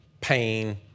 Pain